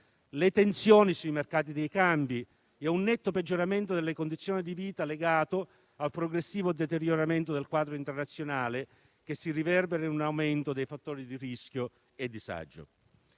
le tensioni sui mercati dei cambi e un netto peggioramento delle condizioni di vita, legato al progressivo deterioramento del quadro internazionale, che si riverbera in un aumento dei fattori di rischio e disagio.